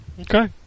Okay